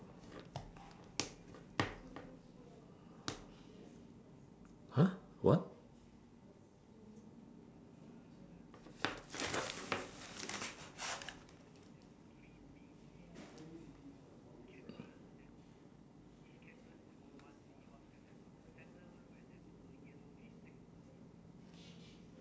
!huh! what